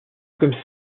comme